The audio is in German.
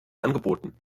angeboten